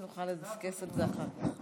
אז נוכל לדסקס על זה אחר כך.